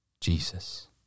Jesus